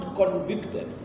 convicted